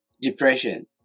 depression